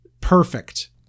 perfect